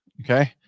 okay